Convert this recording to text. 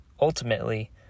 ultimately